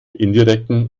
indirekten